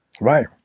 Right